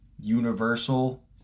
universal